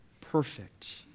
perfect